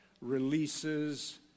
releases